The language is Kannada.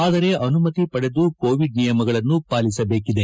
ಆದರೆ ಅನುಮತಿ ಪಡೆದು ಕೋಎಡ್ ನಿಯಮಗಳನ್ನು ಪಾಲಿಸಬೇಕಿದೆ